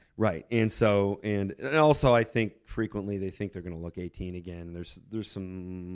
right. and so and and also, i think frequently, they think they're gonna look eighteen again. there's there's some